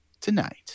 tonight